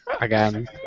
Again